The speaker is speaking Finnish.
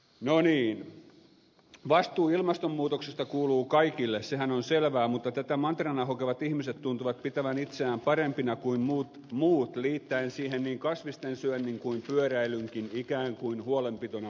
no niin vastuu ilmastonmuutoksesta kuuluu kaikille sehän on selvää mutta tätä mantrana hokevat ihmiset tuntuvat pitävän itseään parempina kuin muut liittäen siihen niin kasvisten syönnin kuin pyöräilynkin ikään kuin huolenpitona maapallosta